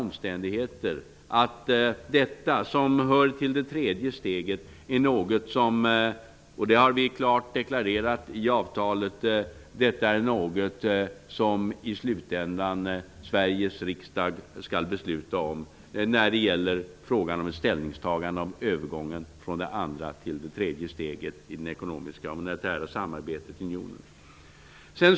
Men detta hör till det tredje steget, och vi har i avtalet klart deklarerat att det i slutändan är Sveriges riksdag som skall besluta om ställningstagandet till en övergång från det andra steget till det tredje steget i det ekonomiska och monetära samarbetet inom unionen.